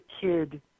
kid